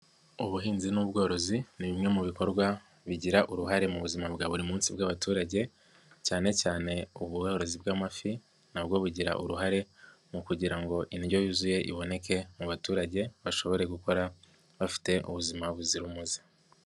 Ubuhinzi n'ubworozi ni bimwe mu bikorwa bigira uruhare mu buzima bwa buri munsi bw'abaturage cyanecyane ubwrozi bw'amafi nabwo bugira uruhare mu kugira ngo indyo yuzuye iboneke mu baturage bashobore gukora bafite ubuzima buzira umuze.